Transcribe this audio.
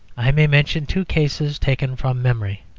i may mention two cases taken from memory.